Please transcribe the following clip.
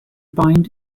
bind